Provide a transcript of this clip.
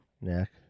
Neck